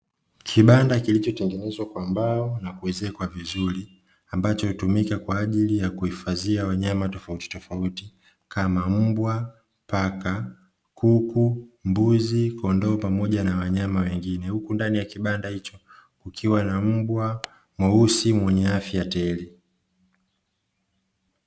Kibanda kilichotengenezwa kwa mbao na kuezekwa vizuri ambacho hutumika kwa ajili ya kuhifadhia wanyama tofautitofauti kama mbwa, paka, kuku, mbuzi kondoo pamoja na wanyama wengine. Huku ndani ya kibanda hicho kukiwa na mbwa mweusi mwenye afya tele.